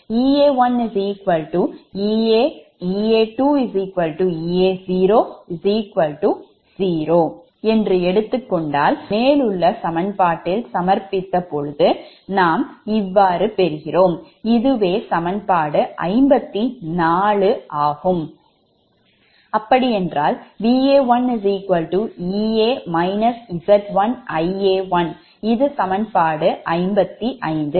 Ea1 Ea Ea2 Ea00 என்று எடுத்துக்கொண்டால் அதை மேலுள்ள சமன்பாட்டில் சமர்ப்பித்த பொழுது Va1 Va2 Va0 Ea 0 0 Zs 0 0 0 Zs 0 0 0 Zs3Zn Ia1 Ia2 Ia0 நமக்கு கிடைப்பது 54 வது சமன்பாடு ஆகும்